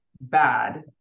bad